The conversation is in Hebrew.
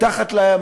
מתחת לים,